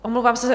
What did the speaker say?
Omlouvám se.